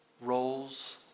roles